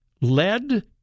lead